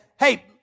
Hey